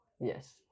Yes